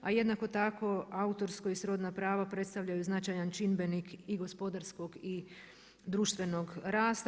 A jednako tako autorsko i srodna prava predstavljaju značajan čimbenik i gospodarskog i društvenog rasta.